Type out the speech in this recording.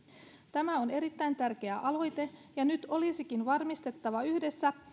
tämä on erittäin tärkeä aloite ja nyt olisikin varmistettava yhdessä